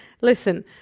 listen